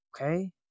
Okay